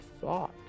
thought